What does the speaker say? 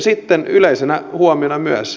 sitten yleisenä huomiona myös